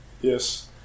Yes